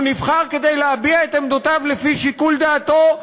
הוא נבחר כדי להביע את עמדותיו לפי שיקול דעתו,